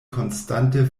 konstante